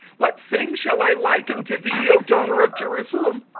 what thing shall i liken to thee, o daughter of jerusalem?